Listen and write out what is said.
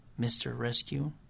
MR-Rescue